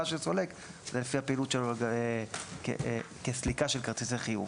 של סולק היא לפי הפעילות שלו כסליקה של כרטיסי חיוב.